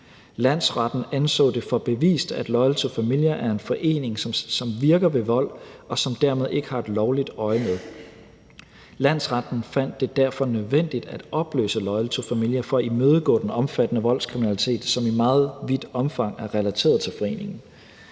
Landsretten anså det for bevist, at Loyal To Familia er en forening, som virker ved vold, og som dermed ikke har lovligt øjemed. Landsretten fandt det derfor nødvendigt at opløse Loyal To Familia for at imødegå den omfattende voldskriminalitet, som i meget vidt omfang er relateret til foreningen.